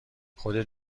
خودت